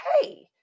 hey